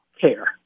care